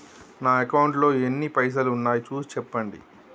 నా అకౌంట్లో ఎన్ని పైసలు ఉన్నాయి చూసి చెప్పండి?